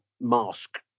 mask